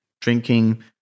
drinking